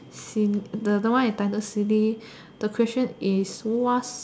seen the the one in thunder city the question is what's seen